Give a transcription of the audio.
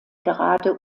gerade